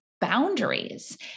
boundaries